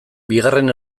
bigarren